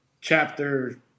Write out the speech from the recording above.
chapter